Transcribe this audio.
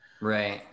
right